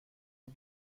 داد